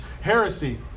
heresy